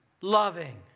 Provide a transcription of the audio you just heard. loving